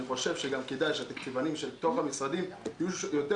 אני חושב גם שכדאי שהתקציבאים בתוך המשרדים יהיו יותר